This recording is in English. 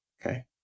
Okay